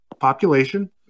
population